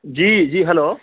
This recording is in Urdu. جی جی ہیلو